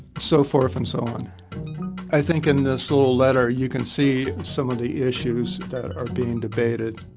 so forth and so on i think in this little letter, you can see some of the issues that are being debated